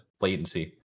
latency